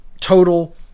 total